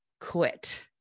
quit